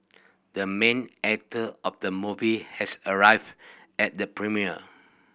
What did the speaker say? the main actor of the movie has arrived at the premiere